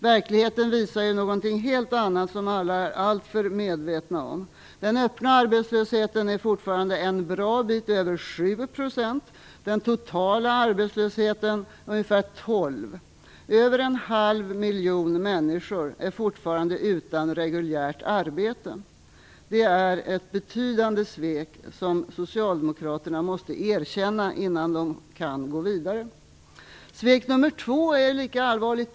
Verkligheten visar något helt annat, som alla är alltför medvetna om. Den öppna arbetslösheten är fortfarande en bra bit över 7 %, och den totala arbetslösheten är ca 12 %. Över en halv miljon människor är fortfarande utan reguljärt arbete. Det är ett betydande svek som socialdemokraterna måste erkänna innan de kan gå vidare. Svek nummer två är lika allvarligt.